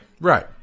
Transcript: Right